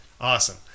awesome